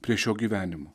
prie šio gyvenimo